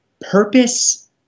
purpose